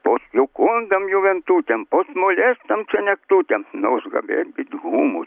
post jukundam juventutem post molestam senektutem nos habebit humus